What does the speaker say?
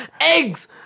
eggs